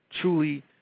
truly